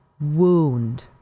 wound